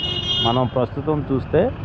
మనం ప్రస్తుతం చూస్తే